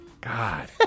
God